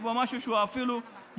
יש בו משהו שהוא בעייתי אפילו מוסרית.